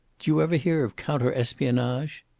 d'you ever hear of counter-espionage?